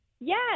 Yes